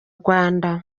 rwanda